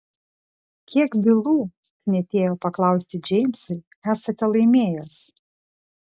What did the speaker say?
kiek bylų knietėjo paklausti džeimsui esate laimėjęs